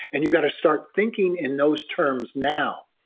and you got to start thinking in those terms now.